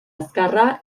azkarra